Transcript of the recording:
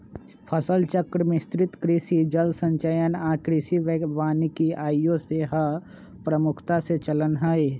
फसल चक्र, मिश्रित कृषि, जल संचयन आऽ कृषि वानिकी आइयो सेहय प्रमुखता से चलन में हइ